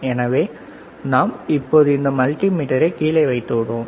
எனவே நாம் இப்போது இந்த மல்டி மீட்டரை கீழே வைத்து விடுவோம்